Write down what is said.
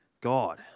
God